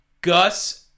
Gus